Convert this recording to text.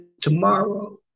tomorrow